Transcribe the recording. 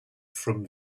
from